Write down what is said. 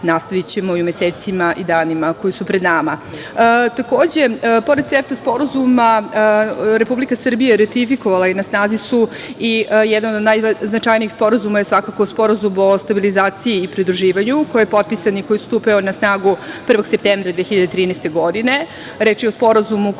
nastavićemo i u mesecima i danima koji su pred nama. Takođe, pored CEFTA sporazuma Republika Srbija je ratifikovala i na snazi su i jedan od najznačajnijih sporazuma je Sporazum o stabilizaciji i pridruživanju, koji je potpisan i koji je stupio na snagu 1. septembra 2013. godine. Reč je o sporazumu koji